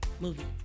movie